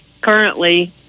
currently